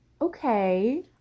okay